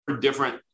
different